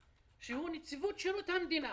נציבות שירות המדינה